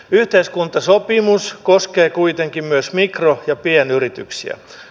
yhteiskuntasopimus koskee kuitenkin myös mikro ja pienyrityksiä